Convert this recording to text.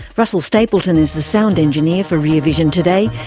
russell stapleton is the sound engineer for rear vision today.